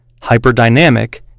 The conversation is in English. hyperdynamic